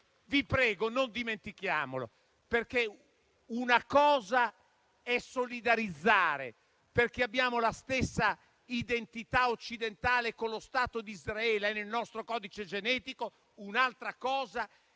vi prego, non dimentichiamole. Una cosa è solidarizzare: perché abbiamo la stessa identità occidentale dello Stato d'Israele, è nel nostro codice genetico; un'altra cosa è la